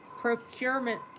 procurement